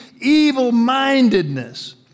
evil-mindedness